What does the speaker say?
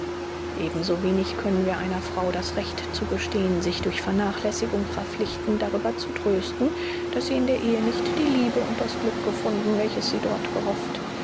machen ebensowenig können wir einer frau das recht zugestehen sich durch vernachlässigung ihrer pflichten darüber zu trösten daß sie in der ehe nicht die liebe und das glück gefunden welches sie dort gehofft